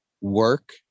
work